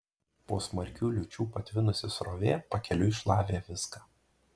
po smarkių liūčių patvinusi srovė pakeliui šlavė viską